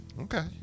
Okay